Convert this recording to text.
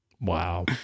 Wow